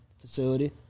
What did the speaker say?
facility